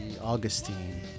augustine